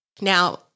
Now